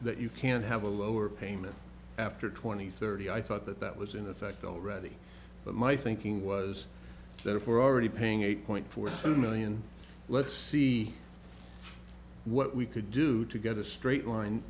that you can't have a lower payment after twenty thirty i thought that that was in effect already but my thinking was that if we're already paying eight point four two million let's see what we could do to get a straight line